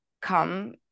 come